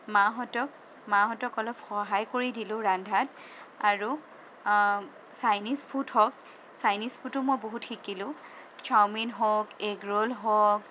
মাহঁতক মাহঁতক অলপ সহায় কৰি দিলোঁ ৰন্ধাত আৰু চাইনিজ ফুড হওঁক চাইনিজ ফুডো মই বহুত শিকিলোঁ চাওমিন হওঁক এগ ৰোল হওঁক